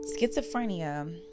schizophrenia